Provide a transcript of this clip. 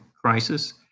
crisis